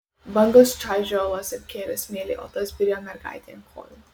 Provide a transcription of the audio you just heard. bangos čaižė uolas ir kėlė smėlį o tas byrėjo mergaitei ant kojų